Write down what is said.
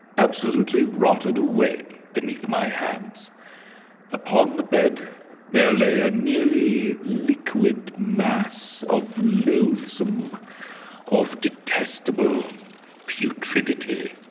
absolutely rotted away beneath my hands upon the bed there lay a nearly liquid mass of loose some of detestable putrid ditty